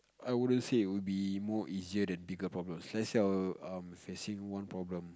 I wouldn't say it would be more easier than bigger problems let's say I I'm facing one problem